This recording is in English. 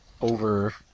over